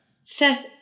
Seth